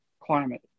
climate